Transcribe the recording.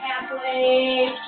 halfway